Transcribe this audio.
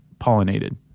pollinated